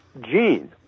gene